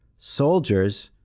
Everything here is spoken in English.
soldiers,